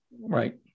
Right